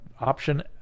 option